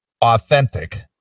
authentic